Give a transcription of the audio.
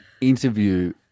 interview